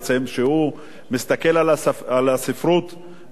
שהוא מסתכל על הספרות בכלל,